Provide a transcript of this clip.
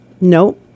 no